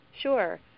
Sure